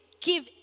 give